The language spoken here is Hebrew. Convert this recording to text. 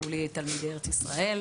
טיפולי לתלמיד ארץ ישראל.